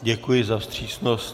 Děkuji za vstřícnost.